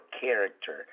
character